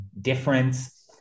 difference